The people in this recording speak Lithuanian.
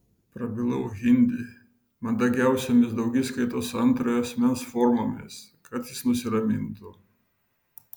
prabilau hindi mandagiausiomis daugiskaitos antrojo asmens formomis kad jis nusiramintų